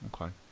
okay